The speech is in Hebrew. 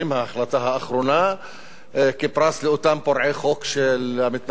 ההחלטה האחרונה כפרס לאותם פורעי חוק מהמתנחלים